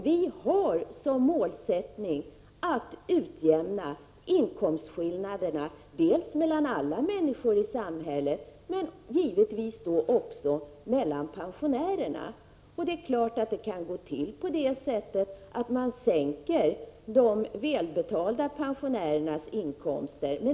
Vi har som målsättning att utjämna inkomstskillnaderna mellan alla människor i samhället men givetvis också mellan pensionärerna. Det kan gå till på det sättet att man sänker de välbetalda pensionärernas inkomster.